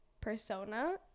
Persona